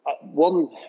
one